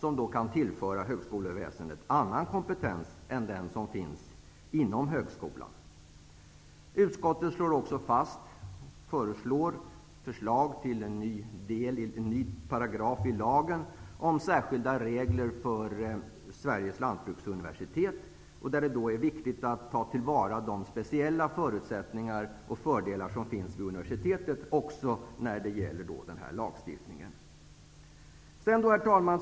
Dessa kan tillföra högskoleväsendet annan kompetens än den som finns inom högskolan. Utskottet föreslår också en ny paragraf i lagen om särskilda regler för Sveriges lantbruksuniversitet. Det är viktigt att ta till vara de speciella förutsättningar och fördelar som finns vid universitetet, när det gäller den här lagstiftningen. Herr talman!